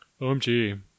Omg